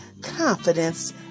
confidence